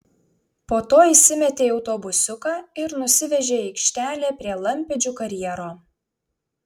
po to įsimetė į autobusiuką ir nusivežė į aikštelę prie lampėdžių karjero